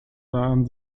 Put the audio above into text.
waren